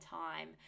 time